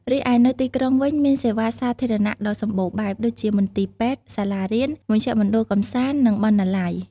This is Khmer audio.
រីឯនៅទីក្រុងវិញ មានសេវាសាធារណៈដ៏សម្បូរបែប ដូចជាមន្ទីរពេទ្យ សាលារៀន មជ្ឈមណ្ឌលកម្សាន្ត និងបណ្ណាល័យ។